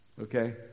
Okay